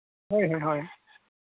ᱦᱳᱭ ᱦᱳᱭ